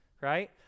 right